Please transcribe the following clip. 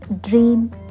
dream